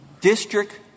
district